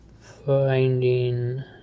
finding